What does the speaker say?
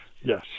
Yes